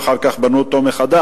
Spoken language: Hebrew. ואחר כך בנו אותו מחדש,